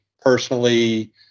personally